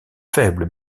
faible